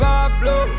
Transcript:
Pablo